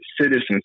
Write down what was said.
citizens